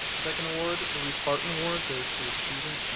second award, the ruth barton award, goes to a student,